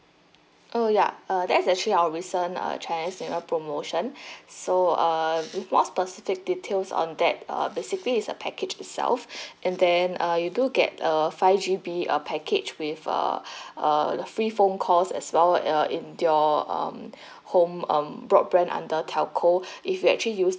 oh ya uh that's actually our recent uh chinese new year promotion so uh more specific details on that uh basically is a package itself and then uh you do get a five G_B uh package with uh uh a free phone calls as well uh in your um home um broadband under telco if you actually use